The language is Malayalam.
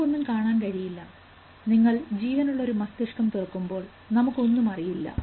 നമുക്ക് ഒന്നും കാണാൻ കഴിയില്ല നിങ്ങൾ ജീവനുള്ള ഒരു മസ്തിഷ്കം തുറക്കുമ്പോൾ നമുക്ക് ഒന്നും അറിയില്ല